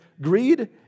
greed